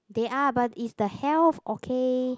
they are but is the health okay